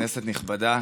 כנסת נכבדה,